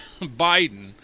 Biden